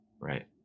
Right